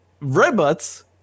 Robots